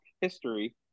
history